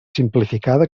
simplificada